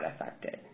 affected